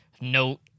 note